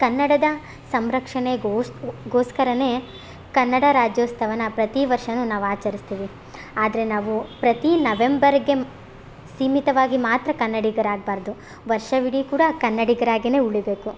ಕನ್ನಡದ ಸಂರಕ್ಷಣೆ ಗೋಸ್ ಗೋಸ್ಕರ ಕನ್ನಡ ರಾಜ್ಯೋತ್ಸವನ ಪ್ರತಿ ವರ್ಷ ನಾವು ಆಚರಿಸ್ತೇವೆ ಆದರೆ ನಾವು ಪ್ರತಿ ನವೆಂಬರಿಗೆ ಸೀಮಿತವಾಗಿ ಮಾತ್ರ ಕನ್ನಡಿಗರಾಗಬಾರ್ದು ವರ್ಷವಿಡಿ ಕೂಡ ಕನ್ನಡಿಗರಾಗಿನೆ ಉಳಿಬೇಕು